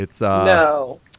No